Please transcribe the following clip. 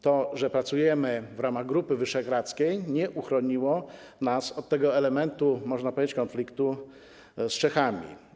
To, że pracujemy razem w ramach Grupy Wyszehradzkiej, nie uchroniło nas od tego elementu, można powiedzieć, konfliktu z Czechami.